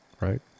Right